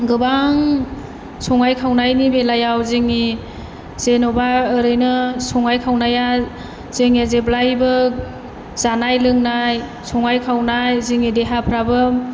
गोबां संनाय खावनायनि बेलायाव जोंनि जेन'बा ओरैनो संनाय खावनाया जोंनिया जेब्लायबो जानाय लोंनाय संनाय खावनाय जोंनि देहाफ्राबो